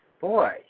boy